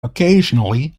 occasionally